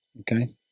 Okay